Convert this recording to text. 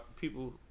people